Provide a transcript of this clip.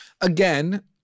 Again